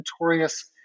notorious